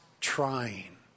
trying